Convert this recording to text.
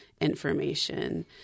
information